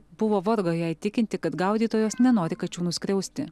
buvo vargo ją įtikinti kad gaudytojos nenori kačių nuskriausti